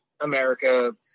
America